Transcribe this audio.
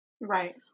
Right